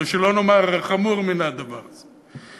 שלא נאמר חמור מן הדבר הזה.